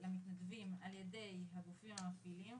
למתנדבים על ידי הגופים המפעילים.